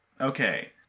Okay